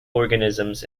organisms